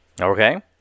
okay